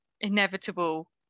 inevitable